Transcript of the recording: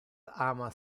ama